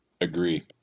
Agree